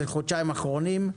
זה חודשיים אחרונים.